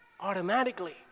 automatically